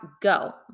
Go